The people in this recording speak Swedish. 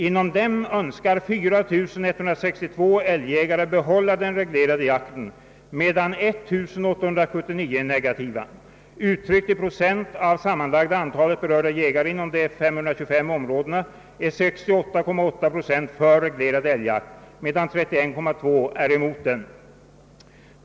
Inom dem önskar 4 162 älgjägare behålla den reglerade jakten, medan 1 879 är negativa. Uttryckt i procent av sammanlagda antalet berörda jägare inom de 525 områdena är 68,8 Yo för reglerad älgjakt medan 31,2. 4 är emot den.